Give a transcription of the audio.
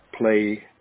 play